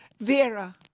Vera